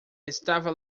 estava